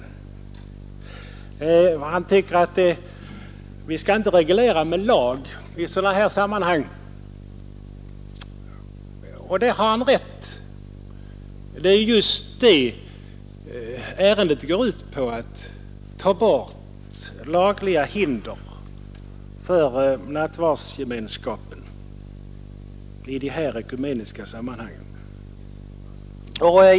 Herr Nilsson i Agnäs tycker att vi inte med lag skall reglera sådana här sammanhang — och där har han rätt. Lagförslaget går också just ut på att ta bort lagfästa hinder för nattvardsgemenskap i ekumeniska sammanhang.